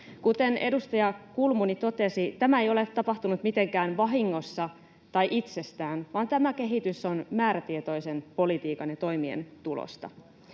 Kuten edustaja Kulmuni totesi, tämä ei ole tapahtunut mitenkään vahingossa tai itsestään, vaan tämä kehitys on määrätietoisen politiikan ja toimien tulosta.